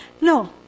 No